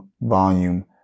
volume